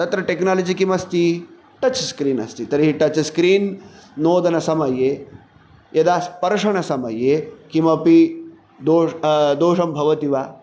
तत्र टेक्नालजि किमस्ति touch screen अस्ति तर्हि टच् स्क्रीन् नोदनसमये यदा स्पर्शनसमये किमपि दो दोषंं भवति वा